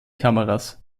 kameras